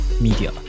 Media